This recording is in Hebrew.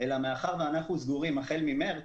אלא מאחר ואנחנו סגורים החל ממארס,